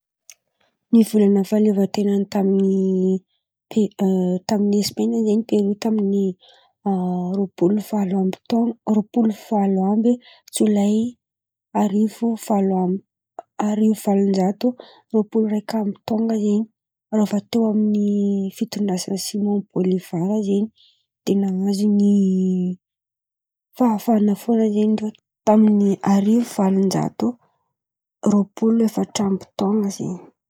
Nivolan̈a fahaleovan-ten̈any taminy Espan̈a zeny Pero taminy roapolo valo amby tôno roa polo valo amby jolay arivo valo amby arivo valon-jato roapolo karaha amy tôno in̈y. Fa mbola taô aminy fitondrasany simô Bolivara zen̈y izy ren̈y de nahazo ny fahafahana fôna zen̈y reo taminy arivo valon-jato amby roapolo efatra amby tôno zen̈y.